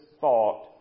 thought